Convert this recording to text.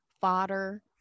fodder